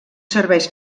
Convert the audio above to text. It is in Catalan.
serveis